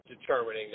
determining